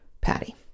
Patty